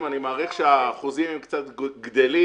אני מעריך שהאחוזים הם קצת גדלים,